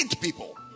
people